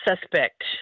suspect